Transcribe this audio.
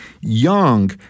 young